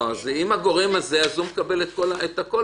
אם הגורם, אז הוא מקבל את הכל.